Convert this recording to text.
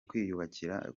kwiyubakira